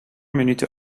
minuten